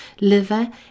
liver